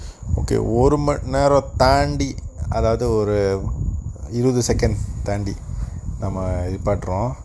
okay ஒரு மணி நேரம் தாண்டி அதாவது ஒரு இருவது:oru mani neram thaandi athavthu oru iruvathu second தாண்டி நம்ம பண்றோம்:thaandi namma pandrom